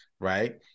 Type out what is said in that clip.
right